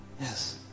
Yes